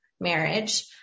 marriage